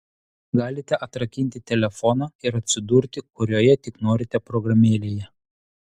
galite atrakinti telefoną ir atsidurti kurioje tik norite programėlėje